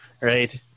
right